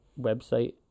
website